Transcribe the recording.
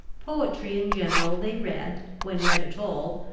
poetry in general they read, when read at all,